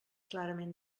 clarament